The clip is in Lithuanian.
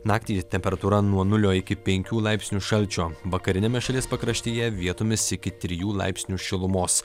naktį temperatūra nuo nulio iki penkių laipsnių šalčio vakariniame šalies pakraštyje vietomis iki trijų laipsnių šilumos